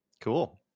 Cool